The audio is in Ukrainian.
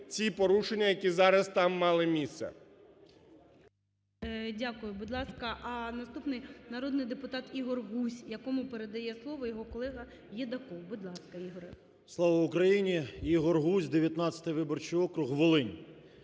ці порушення, які зараз там мали місце. ГОЛОВУЮЧИЙ. Дякую. Будь ласка, наступний народний депутат Ігор Гузь, якому передає слово його колега Єдаков. Будь ласка, Ігоре. 11:44:02 ГУЗЬ І.В. Слава Україні! Ігор Гузь, 19-й виборчий округ, Волинь.